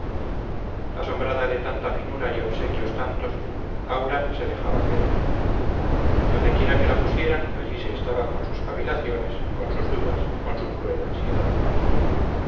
asombrada de tanta finura y obsequios tantos aura se dejaba querer donde quiera que la pusieran allí se estaba con sus cavilaciones con sus dudas con su cruel ansiedad